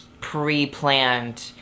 pre-planned